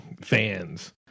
fans